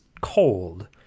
cold